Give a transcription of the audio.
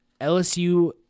LSU